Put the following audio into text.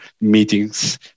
meetings